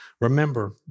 Remember